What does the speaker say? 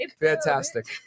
Fantastic